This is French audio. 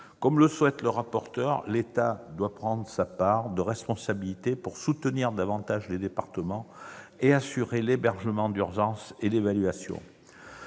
elle sera insoutenable. L'État doit prendre sa part de responsabilités pour soutenir davantage les départements et assurer l'hébergement d'urgence et l'évaluation.